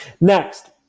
Next